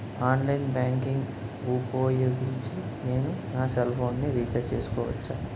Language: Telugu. ఆన్లైన్ బ్యాంకింగ్ ఊపోయోగించి నేను నా సెల్ ఫోను ని రీఛార్జ్ చేసుకోవచ్చా?